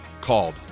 called